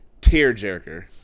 tearjerker